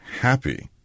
happy